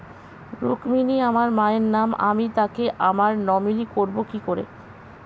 রুক্মিনী আমার মায়ের নাম আমি তাকে আমার নমিনি করবো কি করে?